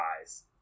eyes